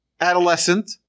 adolescent